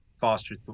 Foster